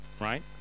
right